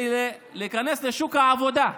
לבחינה כדי להיכנס לשוק העבודה.